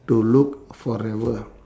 to look forever